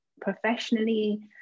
professionally